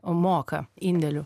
moka indėlių